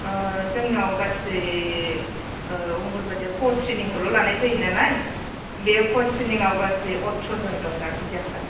अ जोंनाव गासै अंगनबादियाव ख स्रेनिखौल' लानाय जायो नालाय बे ख स्रेनियाव गासै अथ्र' जन दं दा खुदियाफोरा